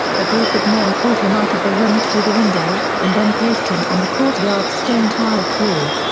a group of men pulled him out of the room through the window, and then placed him on the courtyard's stone tile floor.